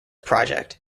project